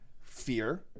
fear